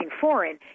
foreign